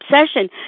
obsession